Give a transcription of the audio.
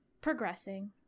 progressing